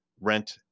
rent